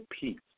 peace